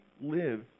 live